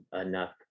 enough